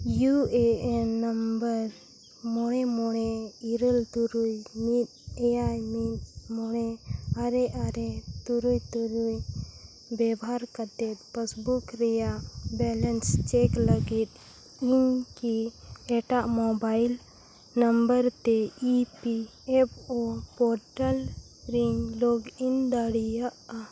U A N number ᱢᱚᱬᱮ ᱢᱚᱬᱮ ᱤᱨᱟᱹᱞ ᱛᱩᱨᱩᱭ ᱢᱤᱫ ᱮᱭᱟᱭ ᱢᱤᱫ ᱢᱚᱬᱮ ᱟᱨᱮ ᱟᱨᱮ ᱛᱩᱨᱩᱭ ᱛᱩᱨᱩᱭ ᱵᱮᱵᱚᱦᱟᱨ ᱠᱟᱛᱮᱫ ᱯᱟᱥᱵᱩᱠ ᱨᱮᱱᱟᱜ ᱵᱮᱞᱮᱱᱥ ᱪᱮᱠ ᱞᱟᱹᱜᱤᱫ ᱤᱧᱠᱤ ᱮᱴᱟᱜ ᱢᱳᱵᱟᱭᱤᱞ ᱱᱚᱢᱵᱚᱨ ᱛᱮ E P F O portal ᱨᱮᱧ ᱞᱚᱜᱤᱱ ᱫᱟᱲᱮᱭᱟᱜᱼᱟ